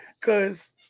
Cause